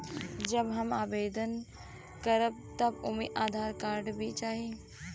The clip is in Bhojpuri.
जब हम आवेदन करब त ओमे आधार कार्ड भी चाही?